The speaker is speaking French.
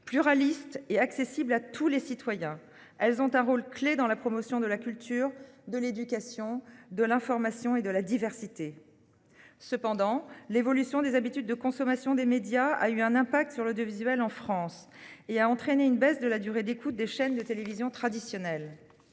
pluraliste et accessible à tous les citoyens. Elles ont un rôle clé dans la promotion de la culture, de l'éducation, de l'information et de la diversité. Cependant, l'évolution des habitudes de consommation des médias a eu un impact sur l'audiovisuel en France et a entraîné une baisse de la durée d'écoute des chaînes de télévision traditionnelles.